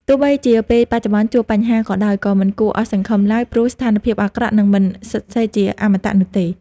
ទោះបីជាពេលបច្ចុប្បន្នជួបបញ្ហាក៏ដោយ ក៏មិនគួរអស់សង្ឃឹមឡើយ ព្រោះស្ថានភាពអាក្រក់នឹងមិនស្ថិតស្ថេរជាអមតៈនោះទេ។